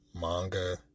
manga